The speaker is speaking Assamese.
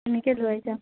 এনেকে লৈ যাম